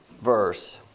verse